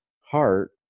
heart